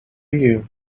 you